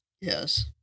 Yes